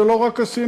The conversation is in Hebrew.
אבל זה לא רק הסינים,